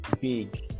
big